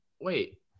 wait